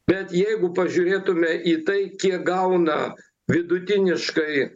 bet jeigu pažiūrėtumėme į tai kiek gauna vidutiniškai